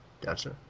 Gotcha